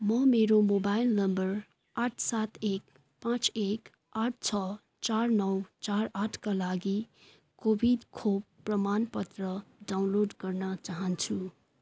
म मेरो mobile number आठ सात एक पाचँ एक आठ छ चार नौ चार आठका लागि कोभिड खोप प्रमाणपत्र डाउनलोड गर्न चाहन्छु